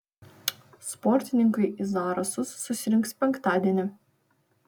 sportininkai į zarasus susirinks penktadienį